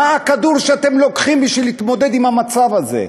מה הכדור שאתם לוקחים בשביל להתמודד עם המצב הזה?